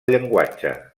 llenguatge